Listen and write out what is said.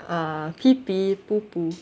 uh pee pee poo poo